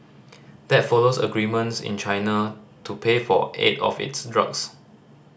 that follows agreements in China to pay for eight of its drugs